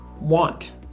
want